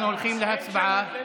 אנחנו הולכים להצבעה.